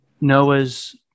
Noah's